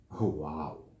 Wow